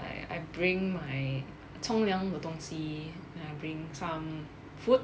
I I bring my 冲凉的东西 then I bring some food